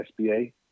SBA